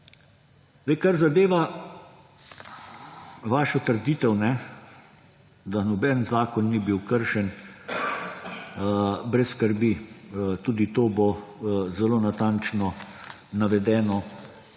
Kar zadeva vašo trditev, da noben zakon ni bil kršen. Brez skrbi, tudi to bo zelo natančno navedeno